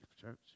church